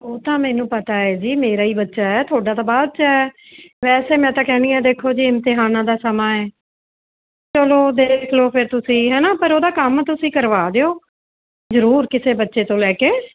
ਉਹ ਤਾਂ ਮੈਨੂੰ ਪਤਾ ਹੈ ਜੀ ਮੇਰਾ ਹੀ ਬੱਚਾ ਹੈ ਤੁਹਾਡਾ ਤਾਂ ਬਾਅਦ 'ਚ ਹੈ ਵੈਸੇ ਮੈਂ ਤਾਂ ਕਹਿੰਦੀ ਹਾਂ ਦੇਖੋ ਜੀ ਇਮਤਿਹਾਨਾਂ ਦਾ ਸਮਾਂ ਹੈ ਚੱਲੋ ਦੇਖ ਲੋ ਫਿਰ ਤੁਸੀਂ ਹੈ ਨਾ ਪਰ ਉਹਦਾ ਕੰਮ ਤੁਸੀਂ ਕਰਵਾ ਦਿਓ ਜ਼ਰੂਰ ਕਿਸੇ ਬੱਚੇ ਤੋਂ ਲੈ ਕੇ